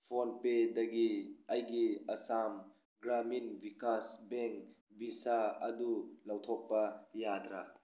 ꯐꯣꯟꯄꯦꯗꯒꯤ ꯑꯩꯒꯤ Assam Gramin Vikas bank visa ꯑꯗꯨ ꯂꯧꯊꯣꯛꯄ ꯌꯥꯗ꯭ꯔꯥ